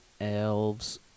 elves